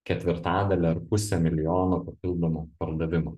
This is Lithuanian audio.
ketvirtadalį ar pusę milijono papildomų pardavimų